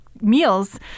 meals